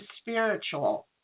spiritual